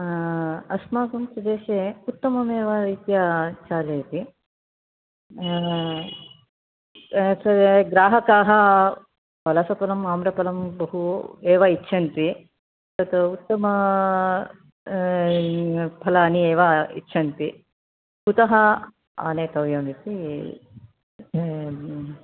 अस्माकं प्रदेशे उत्तमम् एव रीत्या चालयति ग्राहका पनसफलम् आम्रफलम् बहु एव इच्छन्ति तत् उत्तम फलानि एव इच्छन्ति कुत आनेतव्यमं इति